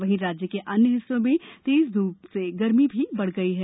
वहीं राज्य के अन्य हिस्सों में तेज धूप से गर्मी भी बढ़ गई है